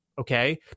okay